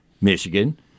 Michigan